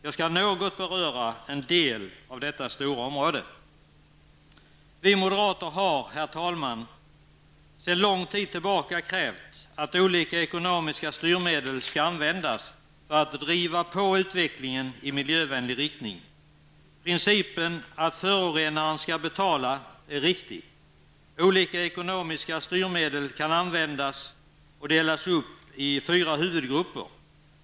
Jag skall något ta upp en del av detta stora område. Herr talman! Vi moderater har sedan lång tid tillbaka krävt att olika ekonomiska styrmedel skall användas för att driva på utvecklingen i miljövänlig riktning. Principen att förorenaren skall betala är riktig. Olika ekonomiska styrmedel kan användas och delas upp i fyra huvudgrupper.